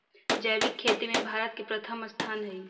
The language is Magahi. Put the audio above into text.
जैविक खेती में भारत के प्रथम स्थान हई